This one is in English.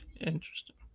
Interesting